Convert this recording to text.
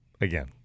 Again